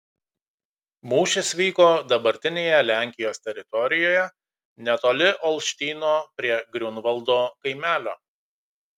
mūšis vyko dabartinėje lenkijos teritorijoje netoli olštyno prie griunvaldo kaimelio